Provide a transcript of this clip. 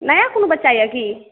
नया कोनो बच्चा यऽ की